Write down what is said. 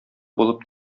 булып